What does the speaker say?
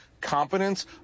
competence